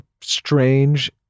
strange